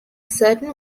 certain